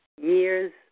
years